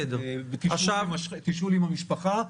בתשאול עם המשפחה,